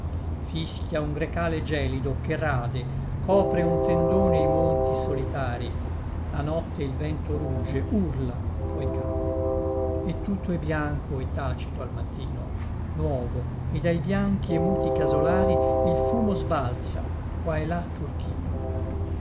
fischia un grecale gelido che rade copre un tendone i monti solitari a notte il vento rugge urla poi cade e tutto è bianco e tacito al mattino nuovo e dai bianchi e muti casolari il fumo sbalza qua e là turchino